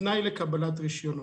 כתנאי לקבלת רישיונות.